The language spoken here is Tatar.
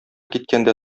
киткәндә